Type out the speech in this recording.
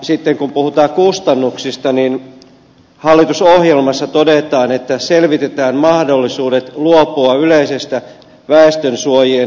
sitten kun puhutaan kustannuksista niin hallitusohjelmassa todetaan että selvitetään mahdollisuudet luopua yleisestä väestönsuojien rakentamisvelvoitteesta